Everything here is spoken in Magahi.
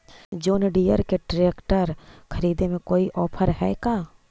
जोन डियर के ट्रेकटर खरिदे में कोई औफर है का?